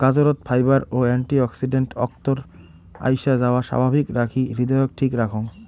গাজরত fibre ও antioxidant অক্তর আইসাযাওয়া স্বাভাবিক রাখি হৃদয়ক ঠিক রাখং